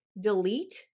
delete